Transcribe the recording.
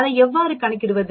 அதை எவ்வாறு கணக்கிடுவது